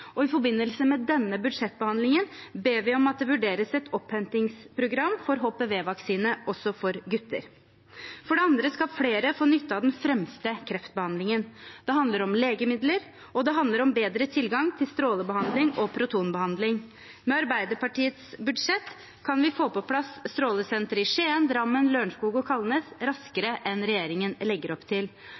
og i forbindelse med denne budsjettbehandlingen ber vi om at det vurderes et opphentingsprogram for HPV-vaksine også for gutter. For det andre skal flere få nytte av den fremste kreftbehandlingen. Det handler om legemidler, og det handler om bedre tilgang til strålebehandling og protonbehandling. Med Arbeiderpartiets budsjett kan vi få på plass strålesentre i Skien, Drammen, Lørenskog og Kalnes raskere enn regjeringen legger opp til.